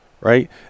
Right